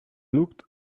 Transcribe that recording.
looked